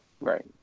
Right